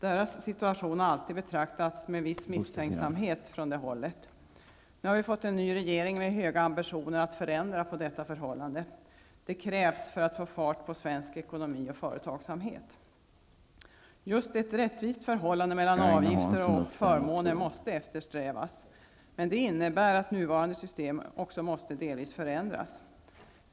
Deras situation har alltid betraktats med viss misstänksamhet av den socialdemokratiska regeringen. Nu har vi fått en ny regering med höga ambitioner att förändra detta förhållande. Det krävs för att få fart på svensk ekonomi och företagsamhet. Just ett rättvisst förhållande mellan avgifter och förmåner måste eftersträvas, men det innebär också att nuvarande system måste förändras.